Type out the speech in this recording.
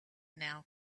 now